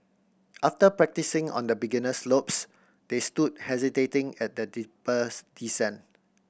after practising on the beginner slopes they stood hesitating at a steeper's descent